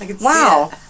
Wow